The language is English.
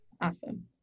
Awesome